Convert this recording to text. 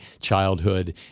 childhood